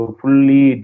fully